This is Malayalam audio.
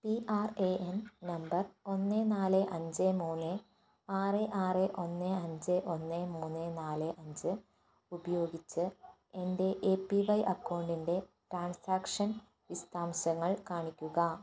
P R A N number ഒന്ന് നാല് അഞ്ച് മൂന്ന് ആറ് ആറ് ഒന്ന് അഞ്ച് ഒന്ന് മൂന്ന് നാല് അഞ്ച് ഉപയോഗിച്ച് എൻ്റെ എ പി വൈ അക്കൗണ്ടിൻ്റെ ട്രാൻസാക്ഷൻ വിശദാംശങ്ങൾ കാണിക്കുക